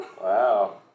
Wow